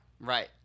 Right